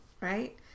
right